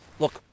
Look